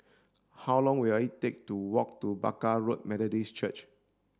how long will it take to walk to Barker Road Methodist Church